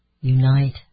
unite